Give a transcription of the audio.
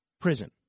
prison